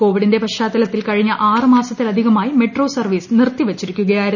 കോവിഡിന്റെ പശ്ചാത്തലത്തിൽ കഴിഞ്ഞ ആറ് മാസത്തിലധികമായി മെട്രോ സർവീസ് നിർത്തിവച്ചിരിക്കുകയായിരുന്നു